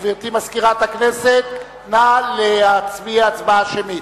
גברתי, מזכירת הכנסת, נא להצביע הצבעה שמית.